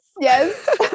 Yes